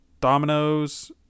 dominoes